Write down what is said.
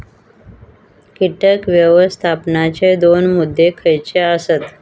कीटक व्यवस्थापनाचे दोन मुद्दे खयचे आसत?